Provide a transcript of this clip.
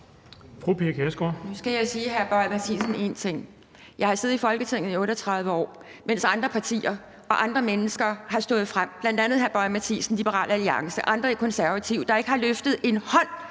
Nu skal jeg sige hr. Lars Boje Mathiesen en ting: Jeg har siddet i Folketinget i 38 år, mens andre partier og andre mennesker er stået frem, bl.a. hr. Lars Boje Mathiesen og Liberal Alliance og andre i Konservative, og ikke har løftet en